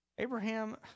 Abraham